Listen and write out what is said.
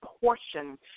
portion